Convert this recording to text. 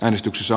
äänestyksessä